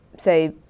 say